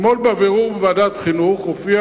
אתמול בבירור בוועדת החינוך הופיע